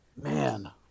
Man